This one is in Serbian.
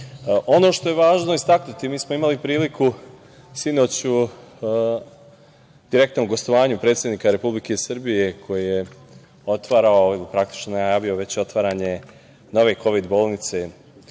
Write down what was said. što je važno istaknuti, mi smo imali priliku sinoć u direktnom gostovanju predsednika Republike Srbije koji je praktično najavio otvaranje nove Kovid bolnice koja